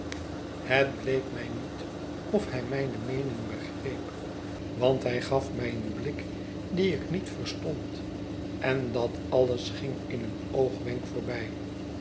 het bleek mij niet of hij mijne meening begreep want hij gaf mij een blik dien ik niet verstond en dat alles ging in een oogwenk voorbij